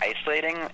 isolating